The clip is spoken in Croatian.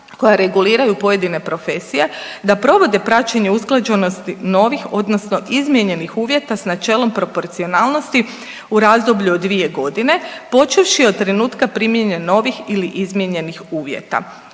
koja reguliraju pojedine profesije da provode praćenje usklađenosti novih, odnosno izmijenjenih uvjeta sa načelom proporcionalnosti u razdoblju od dvije godine počevši od trenutka primjene novih ili izmijenjenih uvjeta.